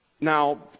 Now